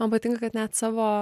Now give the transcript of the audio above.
man patinka kad net savo